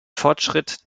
fortschritt